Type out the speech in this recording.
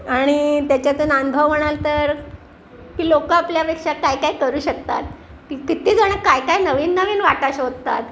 आणि त्याच्यातून अनुभव म्हणाल तर की लोकं आपल्यापेक्षा काय काय करू शकतात की कित्ती जणं काय काय नवीन नवीन वाटा शोधतात